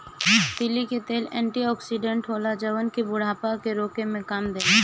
तीली के तेल एंटी ओक्सिडेंट होला जवन की बुढ़ापा के रोके में काम देला